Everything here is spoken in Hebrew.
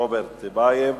רוברט טיבייב.